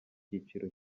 cyiciro